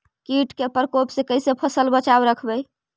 कीट के परकोप से कैसे फसल बचाब रखबय?